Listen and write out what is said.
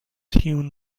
hewn